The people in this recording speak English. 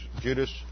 Judas